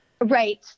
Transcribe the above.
Right